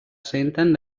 senten